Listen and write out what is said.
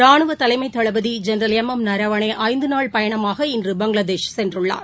ரானுவதலைமைதளபதிஜெனரல் M M நரவாணேஐந்துநாள் பயணமாக இன்று பங்ளாதேஷ் சென்றுள்ளார்